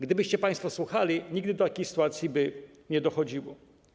Gdybyście państwo słuchali, nigdy do takich sytuacji by nie dochodziło.